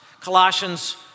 Colossians